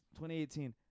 2018